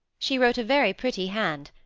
she wrote a very pretty hand,